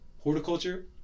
horticulture